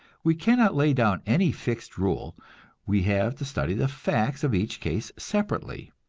we cannot lay down any fixed rule we have to study the facts of each case separately.